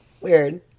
weird